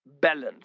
balance